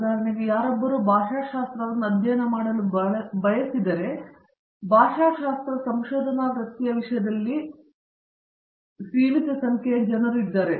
ಉದಾಹರಣೆಗೆ ಯಾರೊಬ್ಬರು ಭಾಷಾಶಾಸ್ತ್ರವನ್ನು ಅಧ್ಯಯನ ಮಾಡಲು ಬಯಸಿದರೆ ಭಾಷಾಶಾಸ್ತ್ರ ಸಂಶೋಧನಾ ವೃತ್ತಿಯ ವಿಷಯದಲ್ಲಿ ಸೀಮಿತ ಸಂಖ್ಯೆಯ ಜನರು ಇದ್ದಾರೆ